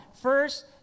first